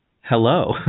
Hello